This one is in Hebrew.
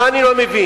מה אני לא מבין?